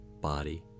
body